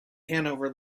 hanover